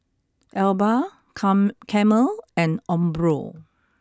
Alba come Camel and Umbro